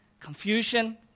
confusion